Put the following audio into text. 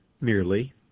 merely